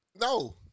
no